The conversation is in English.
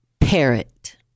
parrot